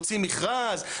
תוציאו מכרז,